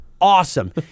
awesome